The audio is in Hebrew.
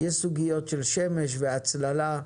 יש סוגיות של שמש והצללה,